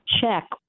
check